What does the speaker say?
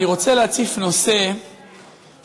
אני רוצה להציף נושא שלאט-לאט,